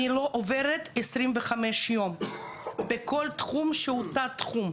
אני לא עוברת 25 יום בכל תחום שהוא תת תחום.